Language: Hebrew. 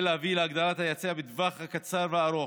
להביא להגדלת ההיצע בטווח הקצר והארוך.